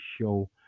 show